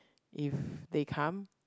if they come